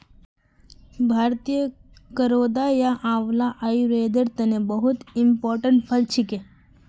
भारतीय करौदा या आंवला आयुर्वेदेर तने बहुत इंपोर्टेंट फल छिके